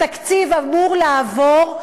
התקציב אמור לעבור,